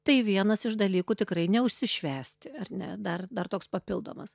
tai vienas iš dalykų tikrai neužsišvęsti ar ne dar dar toks papildomas